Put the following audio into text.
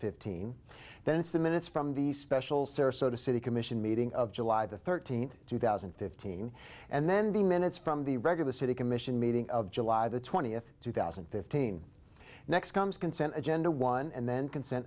fifteen then it's the minutes from the special sarasota city commission meeting of july the thirteenth two thousand and fifteen and then the minutes from the regular city commission meeting of july the twentieth two thousand and fifteen next comes consent agenda one and then